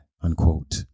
unquote